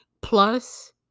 plus